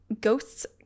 ghosts